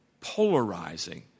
polarizing